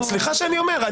סליחה שאני אומר.